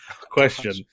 question